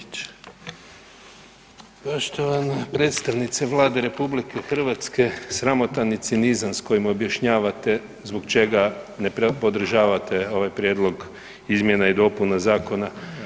Poštovani predstavnica Vlade RH, sramotan je cinizam s kojim objašnjavate zbog čega ne podržavate ovaj prijedlog izmjena i dopuna zakona.